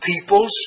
Peoples